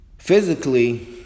Physically